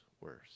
worse